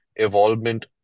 evolvement